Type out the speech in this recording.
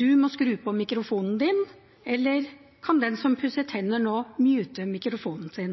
Du må skru på mikrofonen din. Eller: Kan den som pusser tenner nå, mute mikrofonen sin?